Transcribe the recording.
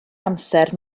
amser